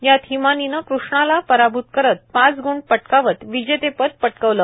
यात हिमानीनं कृष्णाला पराभूत करत पाच ग्ण पटकावत विजेतेपद पटकावले